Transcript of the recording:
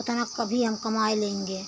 उतना कभी हम कमा लेंगे